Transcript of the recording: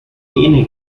tiene